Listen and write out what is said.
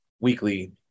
weekly